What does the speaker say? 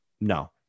No